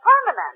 Permanent